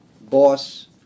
boss